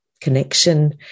connection